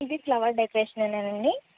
ఇది flower decoration ఏనా అండి